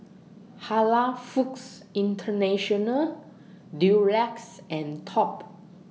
Halal Foods International Durex and Top